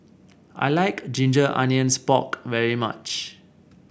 I like Ginger Onions Pork very much